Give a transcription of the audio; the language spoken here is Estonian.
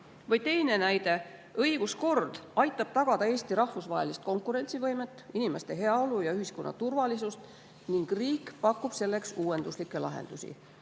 Või teine näide: "Õiguskord aitab tagada Eesti rahvusvahelist konkurentsivõimet, inimeste heaolu ja ühiskonna turvalisust ning riik pakub selleks uuenduslikke lahendusi.